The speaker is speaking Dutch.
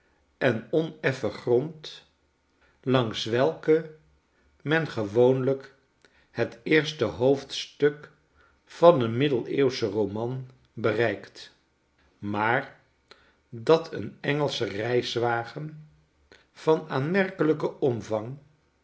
en oneffen grond langs welke men gewoonlijk heteerste hoofdstuk van een middeleeuwschen roman bereikt maar dat een engelsche reiswagen van aanmerkelijken omvang